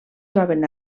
troben